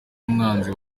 umwanzi